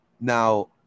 Now